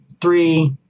three